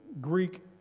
Greek